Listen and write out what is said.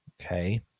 Okay